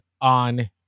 on